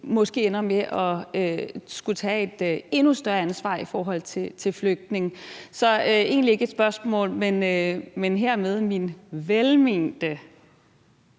måske ender med at skulle tage et endnu større ansvar i forhold til flygtninge. Så det er egentlig ikke et spørgsmål, men hermed min velmente,